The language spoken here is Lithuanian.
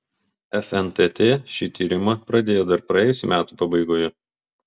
fntt šį tyrimą pradėjo dar praėjusių metų pabaigoje